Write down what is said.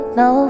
no